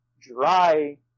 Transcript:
dry